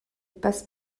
passe